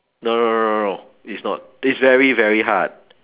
no no no no it's not it's very very hard